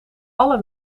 alle